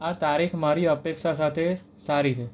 આ તારીખ મારી અપેક્ષા સાથે સારી છે